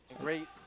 Great